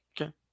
Okay